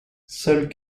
seuls